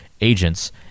agents